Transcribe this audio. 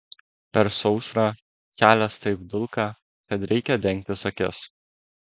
per sausrą kelias taip dulka kad reikia dengtis akis